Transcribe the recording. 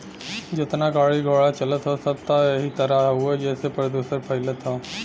जेतना गाड़ी घोड़ा चलत हौ सब त एही से चलत हउवे जेसे प्रदुषण फइलत हौ